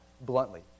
bluntly